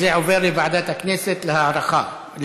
אז זה עובר לוועדת הכנסת להכרעה.